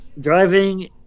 Driving